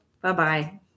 Bye-bye